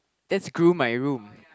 that's groom my room